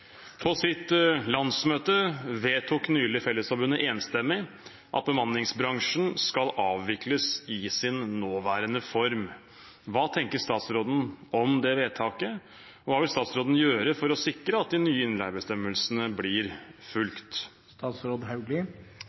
På sitt landsmøte nylig vedtok Fellesforbundet enstemmig at bemanningsbransjen skal avvikles i sin nåværende form. Hva tenker statsråden om vedtaket, og hva vil statsråden gjøre for å sikre at de nye innleiebestemmelsene blir fulgt?»